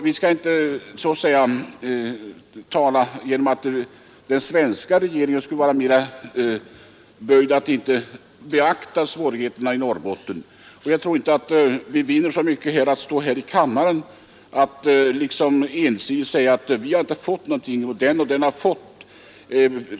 Vi skall inte framställa saken som om den svenska regeringen skulle vara mera böjd för att inte beakta svårigheterna i Norrbotten. Jag tror inte att vi vinner så mycket genom att stå här i kammaren och ensidigt hävda att vi har inte fått någonting, medan den och den har fått stöd.